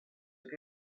che